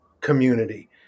community